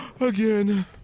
again